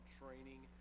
training